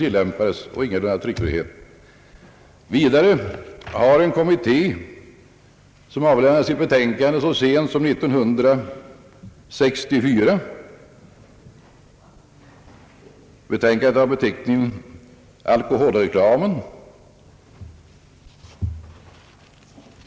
En kommitté som så sent som 1964 avlämnade ett betänkande kallat alkoholreklamen, kom fram till samma slutsats som andra instanser har gjort.